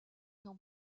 dans